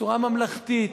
בצורה ממלכתית,